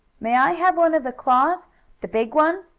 may i have one of the claws the big one?